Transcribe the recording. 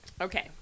Okay